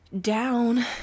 down